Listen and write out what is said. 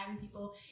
people